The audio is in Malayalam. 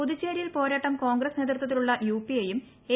പുതുച്ചേരിയിൽ പോരാട്ടം കോൺഗ്രസ് നേതൃത്വത്തിലുള്ള യുപി എയും എ